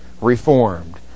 Reformed